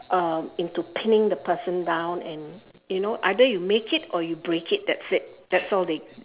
um into pinning the person down and you know either you make it or you break it that's it that's all they